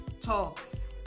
Talks